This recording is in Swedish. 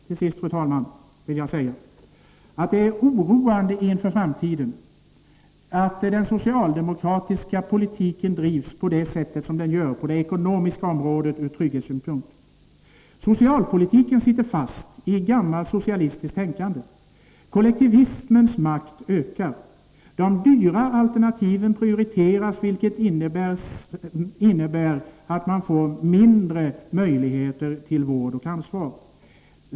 Till sist, fru talman, vill jag säga att det är oroande ur trygghetssynpunkt inför framtiden att den socialdemokratiska politiken drivs på det sätt som sker på det ekonomiska området. Socialpolitiken sitter fast i gammalt socialistiskt tänkande. Kollektivens makt ökar. De dyrare alternativen prioriteras, vilket innebär att man får mindre möjligheter till vård och ansvar.